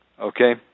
okay